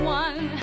one